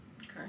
Okay